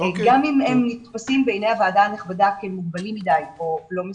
גם אם הם נתפסים בעיני הוועדה הנכבדה כמוגבלים מדי או לא מספקים.